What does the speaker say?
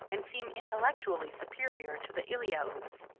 and seem intellectually superior to the eliautes.